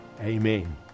Amen